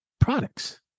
products